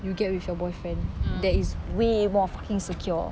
you get with your boyfriend that is way more fucking secure